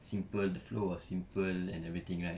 simple the flow was simple and everything right